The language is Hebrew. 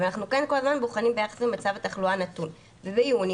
אבל אנחנו כן כל הזמן בוחנים ביחס למצב התחלואה הנתון וביוני